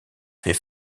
fait